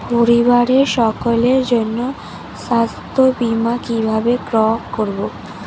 পরিবারের সকলের জন্য স্বাস্থ্য বীমা কিভাবে ক্রয় করব?